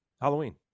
Halloween